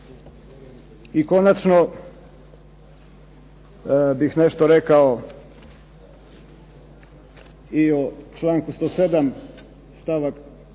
I konačno bih nešto rekao i o članku 107. stavak